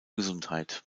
gesundheit